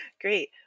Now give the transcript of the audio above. Great